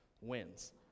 wins